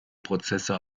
prozesse